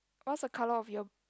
what's the colour of your